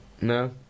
no